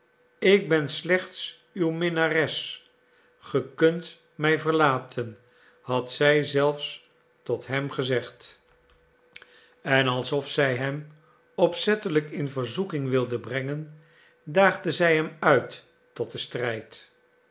ik ben slechts uw minnares ge kunt mij verlaten had zij zelfs tot hem gezegd en alsof zij hem opzettelijk in verzoeking wilde brengen daagde zij hem uit tot den strijd